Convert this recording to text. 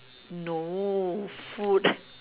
no food